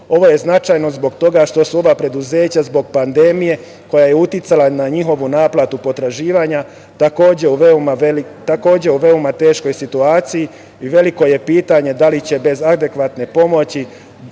Ovo je značajno zbog toga što su ova preduzeća zbog pandemije, koja je uticala na njihovu naplatu potraživanja, takođe u veoma teškoj situaciji i veliko je pitanje da li će bez adekvatne pomoći